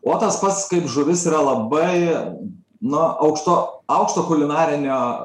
o tas pats kaip žuvis yra labai nu aukšto aukšto kulinarinio